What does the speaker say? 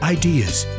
ideas